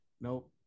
nope